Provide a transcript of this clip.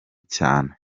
cyane